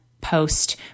post